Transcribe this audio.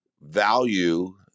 value